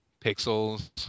pixels